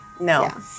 No